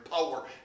power